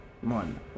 One